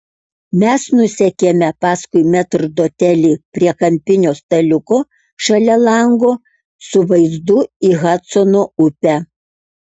mes nusekėme paskui metrdotelį prie kampinio staliuko šalia lango su vaizdu į hadsono upę